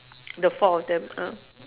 the four of them ah